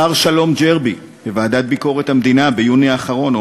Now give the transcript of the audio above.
שר-שלום ג'רבי אמר בוועדת ביקורת המדינה ביוני האחרון: